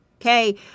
Okay